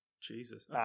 Jesus